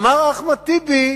אמר אחמד טיבי: